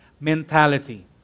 mentality